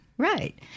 Right